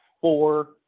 four